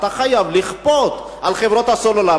שאתה חייב לכפות על חברות הסלולר.